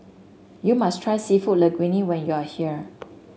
you must try seafood Linguine when you are here